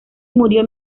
murió